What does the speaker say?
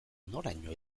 noraino